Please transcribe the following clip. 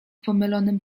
pomylonym